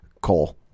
Cole